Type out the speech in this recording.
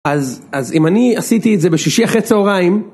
אז אם אני עשיתי את זה בשישי אחרי צהריים